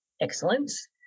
excellence